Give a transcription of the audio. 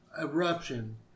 eruption